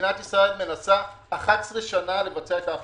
ומדינת ישראל מנסה 11 שנה לבצע את ההפרטה.